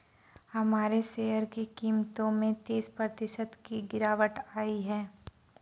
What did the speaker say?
हमारे शेयर की कीमतों में तीस प्रतिशत की गिरावट आयी है